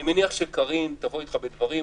אני מניח שקארין תבוא איתך בדברים.